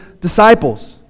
disciples